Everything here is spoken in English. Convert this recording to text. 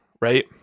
Right